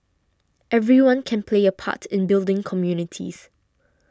everyone can play a part in building communities